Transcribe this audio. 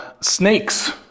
Snakes